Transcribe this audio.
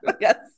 yes